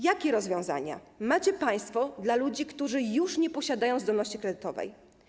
Jakie rozwiązania macie państwo dla ludzi, którzy już nie posiadają zdolności kredytowej?